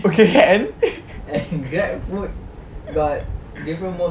okay and